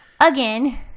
again